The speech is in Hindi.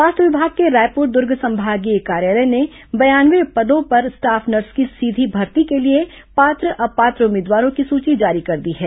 स्वास्थ्य विभाग के रायपुर दुर्ग संभागीय कार्यालय ने बयानवे पदों पर स्टाफ नर्स की सीधी भर्ती के लिए पात्र अपात्र उम्मीदवारों की सूची जारी कर दी है